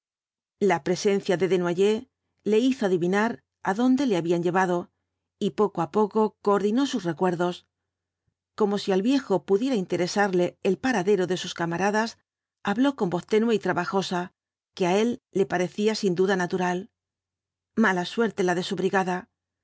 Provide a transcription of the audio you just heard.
la presencia de desnoyers le hizo adivinar adonde le habían llevado y poco á poco coordinó sus recuerdos como si al viejo pudiera interesarle el paradero de sus camaradas habló con voz tenue y trabajosa que á él le parecía sin duda natural mala suerte la de su brigada